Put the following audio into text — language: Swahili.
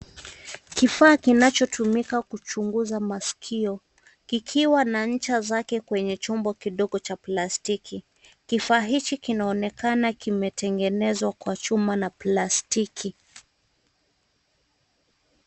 Kifaa kinachotumika kuchunguza masikio kikiwa na ncha zake kwenye chombo kidogo cha plastiki. Kifaa hichi kinaonekana kimetengenezwa kwa chuma na plastiki.